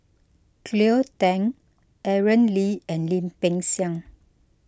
Cleo Thang Aaron Lee and Lim Peng Siang